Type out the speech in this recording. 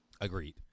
Agreed